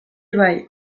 bai